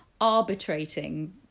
arbitrating